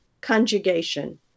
conjugation